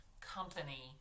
company